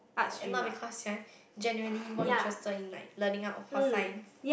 and not because you're generally more interested in like learning out of for science